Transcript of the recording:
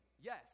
Yes